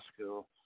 school